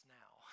now